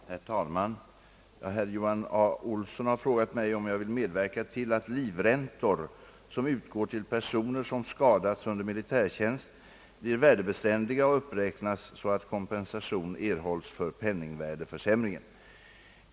Herr talman! Herr Johan Olsson har frågat mig om jag vill medverka till att livräntor som utgår till personer som skadats under militärtjänst blir värdebeständiga och uppräknas så att kompensation erhålls för penningvärdeförsämringen.